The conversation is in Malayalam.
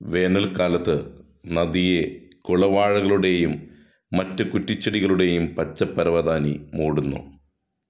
വേനൽക്കാലത്ത് നദിയെ കുളവാഴകളുടെയും മറ്റു കുറ്റിച്ചെടികളുടെയും പച്ച പരവതാനി മൂടുന്നു